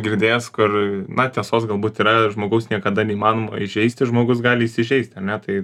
girdėjęs kur na tiesos galbūt yra žmogaus niekada neįmanoma įžeisti žmogus gali įsižeisti ar ne tai